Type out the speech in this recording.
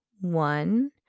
one